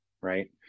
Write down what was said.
right